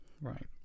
right